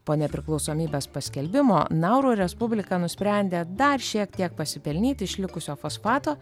po nepriklausomybės paskelbimo nauru respublika nusprendė dar šiek tiek pasipelnyti iš likusio fosfato